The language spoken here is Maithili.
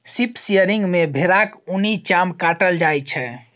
शिप शियरिंग मे भेराक उनी चाम काटल जाइ छै